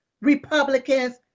Republicans